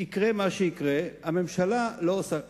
יקרה מה שיקרה, הממשלה לא עושה כלום.